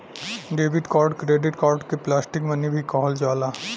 debit card credit card के plastic money भी कहल जाला